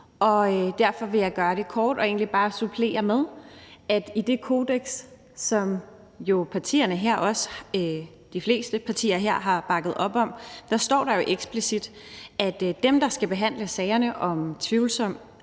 i. Derfor vil jeg gøre det kort og egentlig bare supplere med, at i det kodeks, som de fleste partier her har bakket op om, står der jo eksplicit, at dem, der skal behandle sagerne om tvivlsom